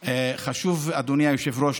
העולמי.) אדוני היושב-ראש,